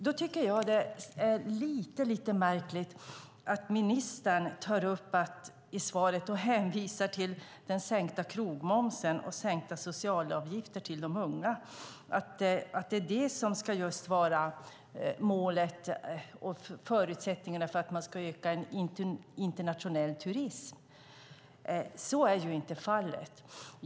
Då tycker jag att det är lite märkligt att ministern i svaret tar upp den sänkta krogmomsen och de sänkta sociala avgifterna till unga och hänvisar till att detta ska vara förutsättningarna för att man ska öka internationell turism. Så är ju inte fallet.